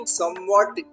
somewhat